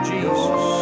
Jesus